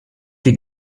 die